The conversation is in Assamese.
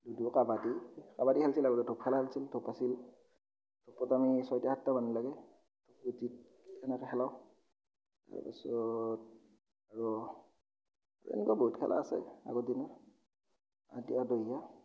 লুডু কাবাডী কাবাডী খেলিছিল আগতে ধোপ খেলা খেলিছিল ধোপ আছিল ধোপত আমি ছয়টা সাতটা মানুহ লাগে গতিকে এনেকৈ খেলাওঁ তাৰ পাছত আৰু এনেকুৱা বহুত খেলা আছে আগৰ দিনৰ আদিয়া দহিয়া